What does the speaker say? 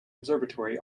observatory